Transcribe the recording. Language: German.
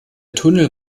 tunnel